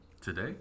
Today